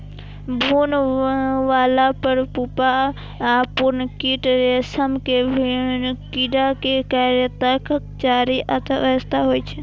भ्रूण, larva, pupa आ पूर्ण कीट रेशम के कीड़ा के कायांतरणक चारि अवस्था होइ छै